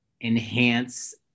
enhance